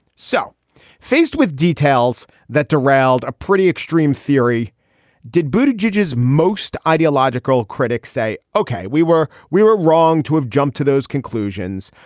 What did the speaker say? so faced with details that derailed a pretty extreme theory did booted judges. most ideological critics say, ok, we were we were wrong to have jumped to those conclusions,